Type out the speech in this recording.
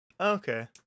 Okay